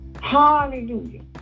Hallelujah